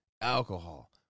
alcohol